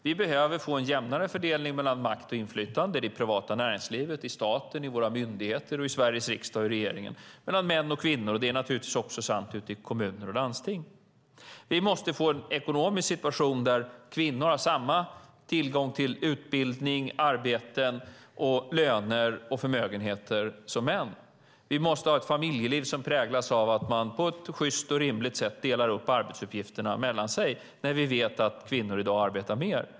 Vi behöver få en mycket jämnare fördelning av makt och inflytande mellan män och kvinnor i det privata näringslivet, i staten, i våra myndigheter, i Sveriges riksdag och i regeringen. Det gäller naturligtvis också kommuner och landsting. Vi måste få en ekonomisk situation där kvinnor har samma tillgång till utbildning, arbeten, löner och förmögenheter som män. Vi måste ha ett familjeliv som präglas av att man på ett sjyst och rimligt sätt delar upp arbetsuppgifterna sinsemellan när vi vet att kvinnorna i dag arbetar mer.